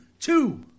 two